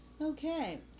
Okay